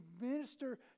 minister